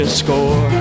score